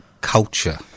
culture